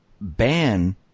ban